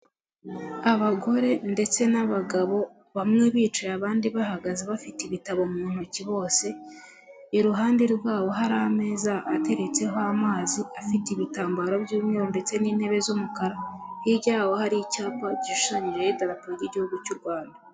Abagore ndetse n'abagabo, bamwe bicaye abandi bahagaze bafite ibitabo mu ntoki bose, iruhande rwabo hari ameza ateretseho amazi afite ibitambaro by'umweru ndetse n'intebe z'umukara, hirya yaho hari icyapa gishushanyijeho idarapo ry'igihugu cy'u Rwanda.